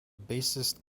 bassist